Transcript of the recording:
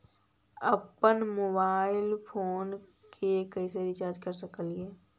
अप्पन mobile phone के कैसे रिचार्ज कर सकली हे?